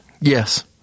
Yes